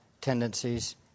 tendencies